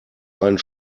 einen